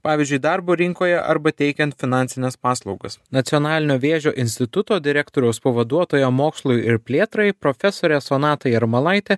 pavyzdžiui darbo rinkoje arba teikiant finansines paslaugas nacionalinio vėžio instituto direktoriaus pavaduotoja mokslui ir plėtrai profesorė sonata jarmalaitė